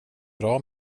bra